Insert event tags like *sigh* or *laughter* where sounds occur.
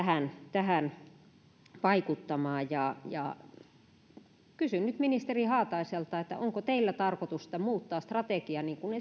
tähän vaikuttamaan kysyn nyt ministeri haataiselta onko teidän tarkoitus muuttaa strategiaa niin kuin *unintelligible*